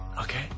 Okay